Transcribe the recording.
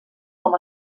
com